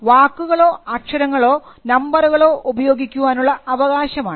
വാക്കുകളോ അക്ഷരങ്ങളോ നമ്പറുകളോ ഉപയോഗിക്കാനുള്ള അവകാശം ആണ്